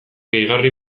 gehigarri